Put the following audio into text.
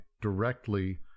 directly